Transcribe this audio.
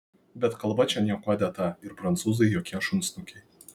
bet kalba čia niekuo dėta ir prancūzai jokie šunsnukiai